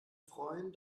freuen